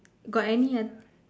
got any oth